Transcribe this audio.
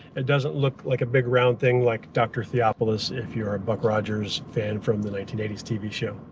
it doesn't look like a big round thing like dr. theopolis, if you're a buck rogers fan from the nineteen eighty s tv show.